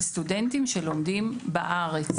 לסטודנטים שלומדים בארץ.